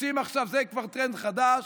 זה כבר טרנד חדש: